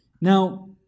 Now